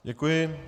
Děkuji.